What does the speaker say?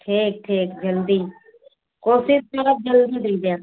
ठीक ठीक जल्दी कोशिश करब जल्दी दई देव